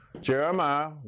Jeremiah